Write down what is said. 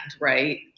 right